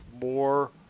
more